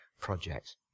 project